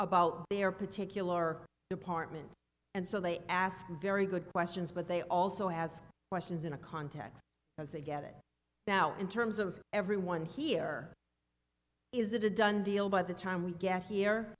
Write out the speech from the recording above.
about their particular department and so they ask very good questions but they also ask questions in a context as they get it now in terms of everyone here is it a done deal by the time we get here